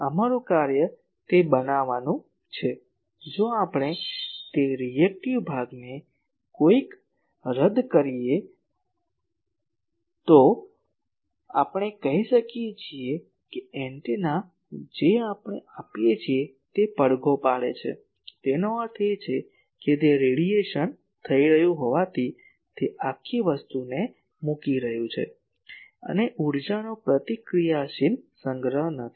અમારું કાર્ય તે બનાવવાનું છે જો આપણે તે રીએક્ટીવ ભાગને કોઈક રદ કરી શકીએ તો આપણે કહી શકીએ કે એન્ટેના જે આપણે આપીએ છીએ તે પડઘો પાડે છે તેનો અર્થ એ કે તે રેડિયેશન થઈ રહ્યું હોવાથી તે આખી વસ્તુને મૂકી રહ્યું છે અને ઊર્જાનો પ્રતિક્રિયાશીલ સંગ્રહ નથી